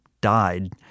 died